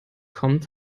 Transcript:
kommt